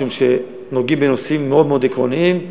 משום שנוגעים בנושאים מאוד מאוד עקרוניים.